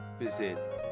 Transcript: visit